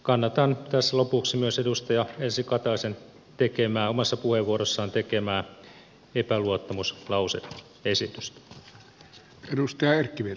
kannatan tässä lopuksi myös edustaja elsi kataisen omassa puheenvuorossaan tekemää epäluottamuslause esitystä